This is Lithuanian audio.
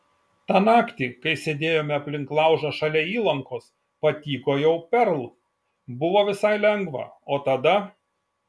tą naktį kai sėdėjome aplink laužą šalia įlankos patykojau perl buvo visai lengva o tada